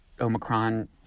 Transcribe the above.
Omicron